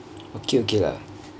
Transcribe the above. okay okay lah